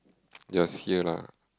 just hear lah